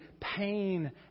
pain